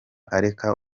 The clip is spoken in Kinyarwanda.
areka